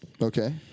Okay